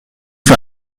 für